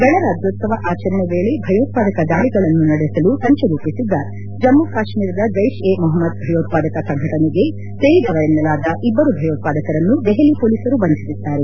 ಗಣರಾಜ್ಯೋತ್ಸವ ಆಚರಣೆ ವೇಳೆ ಭಯೋತ್ಪಾದಕ ದಾಳಿಗಳನ್ನು ನಡೆಸಲು ಸಂಚು ರೂಪಿಸಿದ್ದ ಜಮ್ಮು ಕಾಶ್ಟೀರದ ಜೈಷ್ ಎ ಮೊಹಮ್ಮದ್ ಭಯೋತ್ವಾದಕ ಸಂಘಟನೆಗೆ ಸೇರಿದವರನ್ನೆಲಾದ ಇಬ್ಬರು ಭಯೋತ್ಪಾದಕರನ್ನು ದೆಹಲಿ ಪೊಲೀಸರು ಬಂಧಿಸಿದ್ದಾರೆ